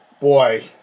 boy